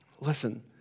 Listen